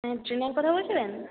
হ্যাঁ ট্রেনার কথা বলছিলেন